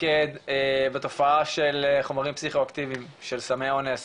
נתמקד בתופעה של חומרים פסיכו-אקטיביים של סמי אונס